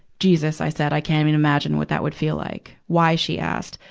jesus i said, i can't even imagine what that would feel like. why? she asked.